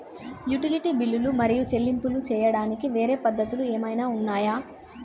Utility బిల్లులు మరియు చెల్లింపులు చేయడానికి వేరే పద్ధతులు ఏమైనా ఉన్నాయా?